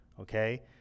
okay